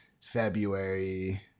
February